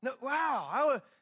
wow